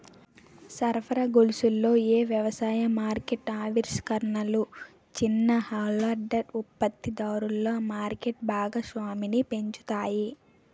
సరఫరా గొలుసులలో ఏ వ్యవసాయ మార్కెట్ ఆవిష్కరణలు చిన్న హోల్డర్ ఉత్పత్తిదారులలో మార్కెట్ భాగస్వామ్యాన్ని పెంచుతాయి?